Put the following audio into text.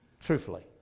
truthfully